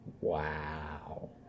Wow